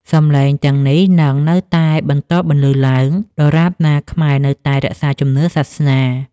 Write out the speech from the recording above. សំឡេងទាំងនេះនឹងនៅតែបន្តបន្លឺឡើង ដរាបណាខ្មែរនៅតែរក្សាជំនឿសាសនា។